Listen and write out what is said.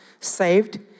saved